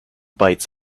bites